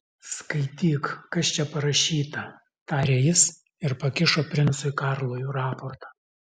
skaityk kas čia parašyta tarė jis ir pakišo princui karlui raportą